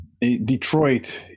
Detroit